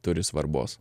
turi svarbos